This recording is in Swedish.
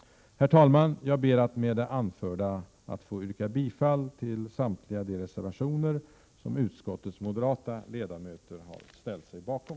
Herr talman! Jag ber att med det anförda få yrka bifall till samtliga de reservationer som utskottets moderata ledamöter har ställt sig bakom.